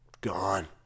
gone